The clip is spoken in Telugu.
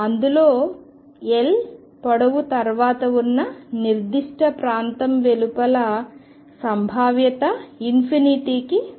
అందులో L పొడవు తర్వాత ఉన్న నిర్దిష్ట ప్రాంతం వెలుపల సంభావ్యత కి వెళుతోంది